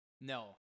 no